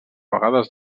vegades